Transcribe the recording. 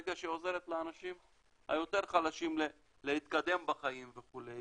ברגע שהיא עוזרת לאנשים היותר חלשים להתקדם בחיים וכו'